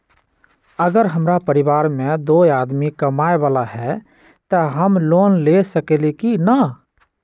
अगर हमरा परिवार में दो आदमी कमाये वाला है त हम लोन ले सकेली की न?